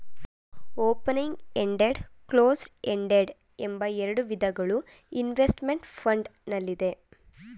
opening ended, closed ended ಎಂಬ ಎರಡು ವಿಧಗಳು ಇನ್ವೆಸ್ತ್ಮೆಂಟ್ ಫಂಡ್ ನಲ್ಲಿದೆ